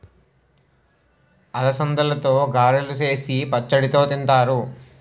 అలసందలతో గారెలు సేసి పచ్చడితో తింతారు